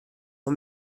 mar